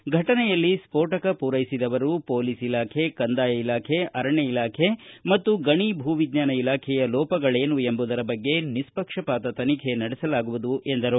ಈ ಫಟನೆಯಲ್ಲಿ ಸ್ವೋಟಕ ಪೂರ್ವೆಸಿದವರು ಪೊಲೀಸ್ ಇಲಾಖೆ ಕಂದಾಯ ಇಲಾಖೆ ಅರಣ್ಣ ಇಲಾಖೆ ಮತ್ತು ಗಣಿ ಭೂ ವಿಜ್ಞಾನ ಇಲಾಖೆಯ ಲೋಪಗಳೇನು ಎಂಬುದರ ಬಗ್ಗೆ ನಿಸ್ತಕಪಾತ ತನಿಖೆ ನಡೆಸಲಾಗುವುದು ಎಂದರು